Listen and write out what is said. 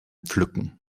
pflücken